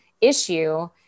issue